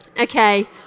Okay